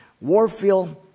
Warfield